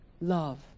Love